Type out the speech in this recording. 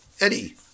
Eddie